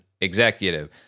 executive